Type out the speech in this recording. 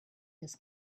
this